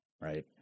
right